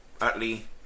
Utley